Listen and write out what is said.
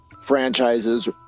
franchises